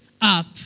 up